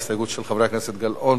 ההסתייגות של חברי הכנסת גלאון,